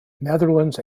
netherlands